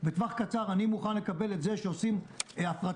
בטווח הקצר אני מוכן לקבל את זה שעושים הפרטה,